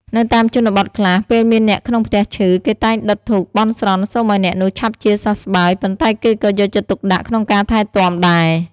នៅតាមជនបទខ្លះ ពេលមានអ្នកក្នុងផ្ទះឈឺ គេតែងដុតធូបបន់ស្រន់សូមឱ្យអ្នកនោះឆាប់ជាសះស្បើយ ប៉ុន្តែគេក៏យកចិត្តទុកដាក់ក្នុងការថែទាំដែរ។